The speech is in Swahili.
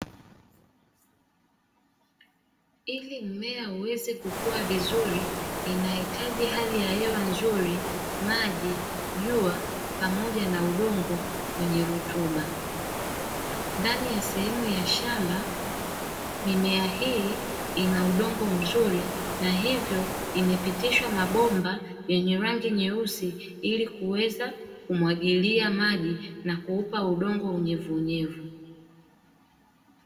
Ili mmea huweze kukua vizuri inahitaji hali ya hewa nzuri, maji, jua, pamoja na udongo wenye rutuba. Ndani ya sehemu ya shamba mimea hii ina udongo mzuri na hivyo imepitishwa mabomba yenye rangi nyeusi ili kuweza kumwagilia maji na kuupa udongo unyevuunyevu.